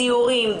סיורים,